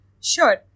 Sure